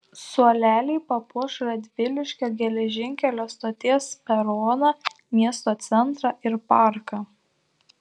suoleliai papuoš radviliškio geležinkelio stoties peroną miesto centrą ir parką